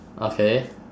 okay